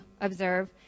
observe